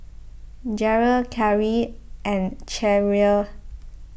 Jeryl Karie and Cherrelle